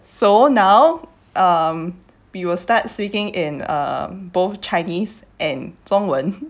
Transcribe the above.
so now um we will start speaking in um both chinese and 中文